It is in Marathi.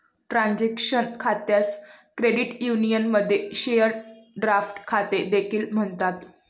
ट्रान्झॅक्शन खात्यास क्रेडिट युनियनमध्ये शेअर ड्राफ्ट खाते देखील म्हणतात